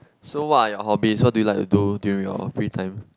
so what are your hobbies what do you like to do during your free time